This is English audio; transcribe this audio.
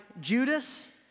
Judas